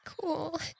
Cool